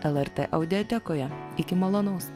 lrt audiotekoje iki malonaus